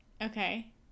Okay